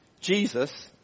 Jesus